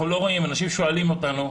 אנשים שואלים אותנו,